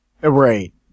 Right